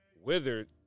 withered